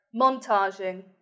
montaging